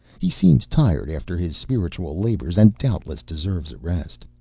he seems tired after his spiritual labors and doubtless deserves a rest.